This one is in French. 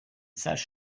sages